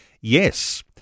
yes